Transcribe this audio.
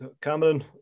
Cameron